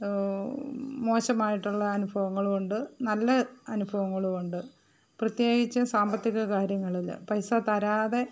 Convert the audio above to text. മോശമായിട്ടുള്ള അനുഭവങ്ങളുമുണ്ട് നല്ല അനുഭവങ്ങളുമുണ്ട് പ്രത്യേകിച്ച് സാമ്പത്തിക കാര്യങ്ങളിൽ പൈസ തരാതെ